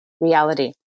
reality